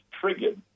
triggered